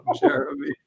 Jeremy